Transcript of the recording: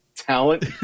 talent